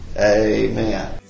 Amen